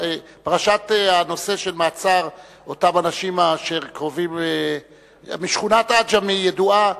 פרשת המעצר של אותם אנשים משכונת עג'מי ידועה.